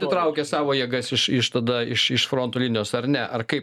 nutraukė savo jėgas iš iš tada iš fronto linijos ar ne ar kaip